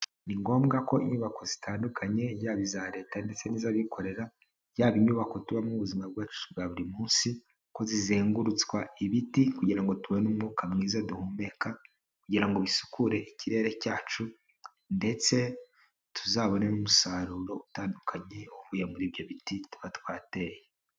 Ni ngombwa ko inyubako zitandukanye, yaba iza leta ndetse n'iz'abikorera, yaba inyubako tubamo ubuzima bwacu bwa buri munsi, ko zizengurutswa ibiti kugira ngo tubone umwuka mwiza duhumeka, kugira ngo bisukure ikirere cyacu ndetse tuzabone n'umusaruro utandukanye uvuye muri ibyo biti tuba twateye.